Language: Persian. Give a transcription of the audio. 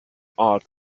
ارد